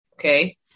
Okay